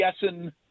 guessing